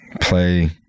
play